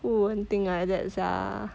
who would even think like that sia